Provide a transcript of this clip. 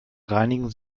reinigen